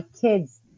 kids